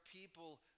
people